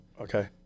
Okay